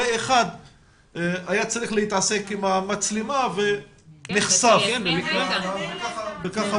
אחד היה צריך להתעסק עם המצלמה וכך הוא נחשף למה שקורה.